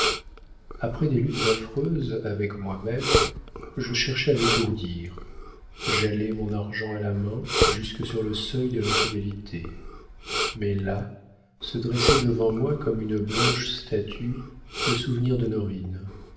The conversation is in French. après des luttes affreuses avec moi-même je cherchais à m'étourdir j'allais mon argent à la main jusque sur le seuil de l'infidélité mais là se dressait devant moi comme une blanche statue le souvenir d'honorine en